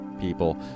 people